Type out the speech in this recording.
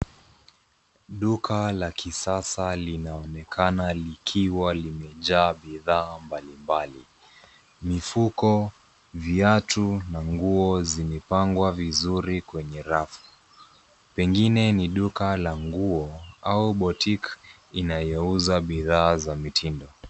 Duka la kisasa linaonekana likiwa limejaa bidhaa mbali mbali. Mifuko, viatu na nguo zimepangwa vizuri kwenye rafu. Pengine ni duka la nguo au boutique inayouza bidhaa za mitindo.